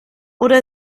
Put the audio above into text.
oder